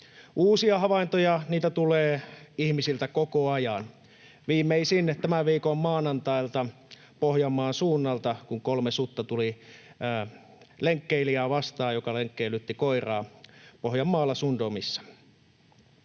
Uusia havaintoja tulee ihmisiltä koko ajan. Viimeisin on tämän viikon maanantailta Pohjanmaan suunnalta, kun kolme sutta tuli vastaan lenkkeilijää, joka lenkkeilytti koiraa, Pohjanmaalla Sundomissa.